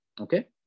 Okay